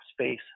space